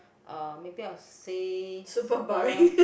uh maybe I'll say super